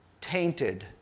tainted